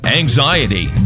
anxiety